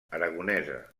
aragonesa